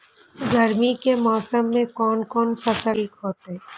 गर्मी के मौसम में कोन कोन फसल ठीक होते?